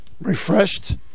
refreshed